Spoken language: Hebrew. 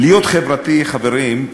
להיות חברתי, חברים,